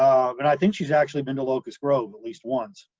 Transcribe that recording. um and i think she's actually been to locust grove at least once,